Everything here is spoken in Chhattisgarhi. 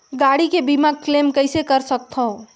गाड़ी के बीमा क्लेम कइसे कर सकथव?